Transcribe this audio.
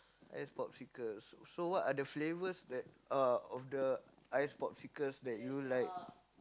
ice Popsicles so so what are the flavours that uh of the ice Popsicles that you like